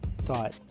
thought